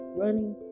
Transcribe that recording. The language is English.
running